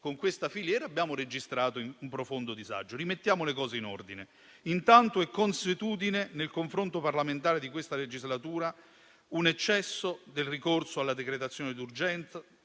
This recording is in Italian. con questa filiera e registrato un profondo disagio. Rimettiamo le cose in ordine. Intanto, è consuetudine nel confronto parlamentare di questa legislatura un eccesso del ricorso alla decretazione d'urgenza